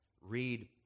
read